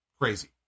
Crazy